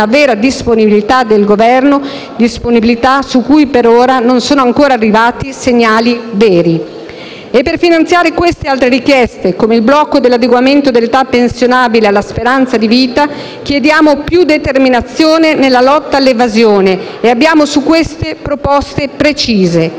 disponibilità del Governo, disponibilità su cui per ora non sono ancora arrivati segnali veri. Per finanziare questa e altre richieste, come il blocco dell'adeguamento dell'età pensionabile alla speranza di vita, chiediamo più determinazione nella lotta all'evasione e abbiamo su questo proposte precise.